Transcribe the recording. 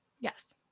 yes